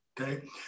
Okay